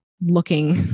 looking